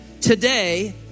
Today